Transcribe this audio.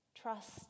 Trust